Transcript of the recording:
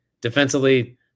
Defensively